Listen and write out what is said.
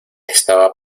estaba